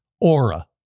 Aura